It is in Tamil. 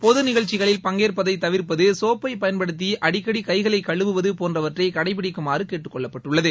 பொது நிகழ்ச்சிகளில் பங்கேற்பதை தவிர்ப்பது சோப்பை பயன்படுத்தி அடிக்கடி கைகளை கழுவுவது போன்றவற்றை கடைப்பிடிக்குமாறு கேட்டுக்கொள்ளப்பட்டுள்ளது